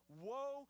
woe